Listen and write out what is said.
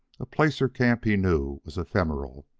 a placer camp he knew was ephemeral,